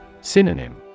Synonym